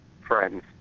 friends